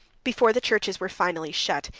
before the churches were finally shut,